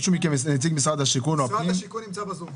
נציג משרד השיכון נמצא בזום.